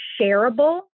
shareable